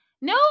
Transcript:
no